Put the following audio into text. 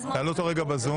תעלו אותו ל-זום.